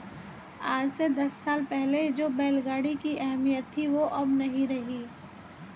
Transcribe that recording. आज से दस साल पहले जो बैल गाड़ी की अहमियत थी वो अब नही रही